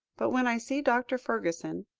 but when i see dr. fergusson,